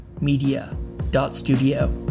media.studio